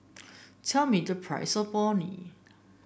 tell me the price of Orh Nee